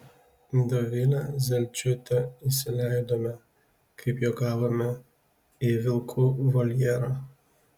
dovilę zelčiūtę įsileidome kaip juokavome į vilkų voljerą